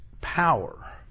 power